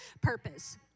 purpose